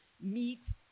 meet